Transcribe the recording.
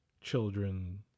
children